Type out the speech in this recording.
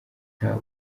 nta